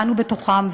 ואנו בתוכם,